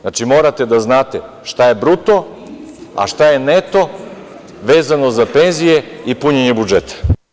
Znači, morate da znate šta je bruto a šta je neto vezano za penzije i punjenje budžeta.